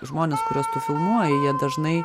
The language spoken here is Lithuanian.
žmonės kuriuos tu filmuoji jie dažnai